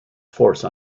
force